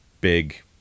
big